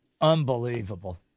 Unbelievable